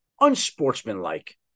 unsportsmanlike